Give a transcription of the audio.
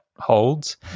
Holds